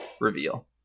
reveal